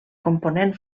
component